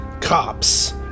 cops